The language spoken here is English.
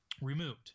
removed